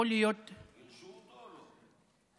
ביישו אותו או לא?